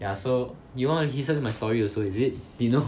ya so you want to listen to my story also is it you know